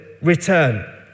return